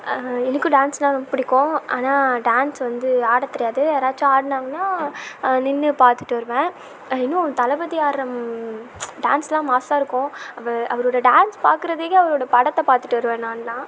எனக்கும் டான்ஸ்னா ரொம்ப பிடிக்கும் ஆனால் டான்ஸ் வந்து ஆட தெரியாது யாராச்சும் ஆடுனாங்கன்னா நின்று பார்த்துட்டு வருவேன் இன்னும் தளபதி ஆடுகிற டான்ஸ் எல்லாம் மாசாக இருக்கும் அப்போ அவரோட டான்ஸ் பார்க்குறதுக்கே அவரோட படத்தை பார்த்துட்டு வருவேன் நான் எல்லாம்